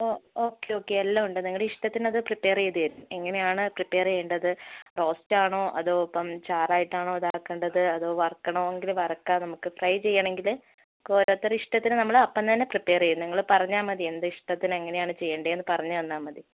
അ okay okay എല്ലാമുണ്ട് നിങ്ങളുടെ ഇഷ്ടത്തിന് പ്രിപ്പെയർ ചെയ്ത് തരും എങ്ങനെയാണ് പ്രിപ്പെയർ ചെയ്യേണ്ടത് റോസ്റ്റ് ആണോ അതോ ഇപ്പം ചാറായിട്ടാണോ ഇതാക്കേണ്ടത് അതോ വറുക്കണെമെങ്കിൽ വറുക്കാം നമുക്ക് ഫ്രൈ ചെയ്യണമെങ്കിൽ ഒക്കെ ഓരോരുത്തരുടെ ഇഷ്ടത്തിന് നമ്മൾ അപ്പം തന്നെ പ്രിപ്പെയർ ചെയ്യും നിങ്ങൾ പറഞ്ഞാൽ മതി എന്ത് ഇഷ്ടത്തിന് എങ്ങനെയാണ് ചെയ്യേണ്ടതെന്ന് പറഞ്ഞ് തന്നാൽ മതി